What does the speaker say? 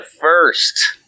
first